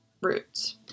Roots